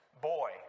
boy